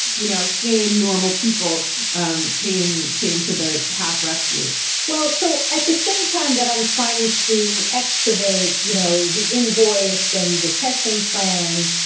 you know, sane, normal people um came came to the half rescue well, so at the same time that i'm trying to excavate you know the invoice and the testing plan,